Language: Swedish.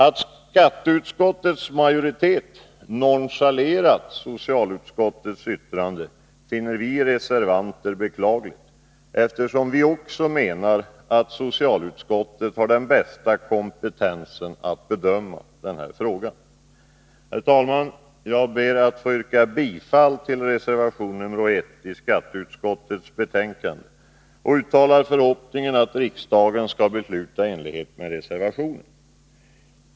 Att skatteutskottets majoritet nonchalerat socialutskottets yttrande finner vi reservanter beklagligt, eftersom vi också menar att socialutskottet har den bästa kompetensen att bedöma denna fråga. Herr talman! Jag ber att få yrka bifall till reservation nr 1i skatteutskottets betänkande och uttalar förhoppningen att riksdagen skall besluta i enlighet med reservationen.